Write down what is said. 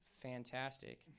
fantastic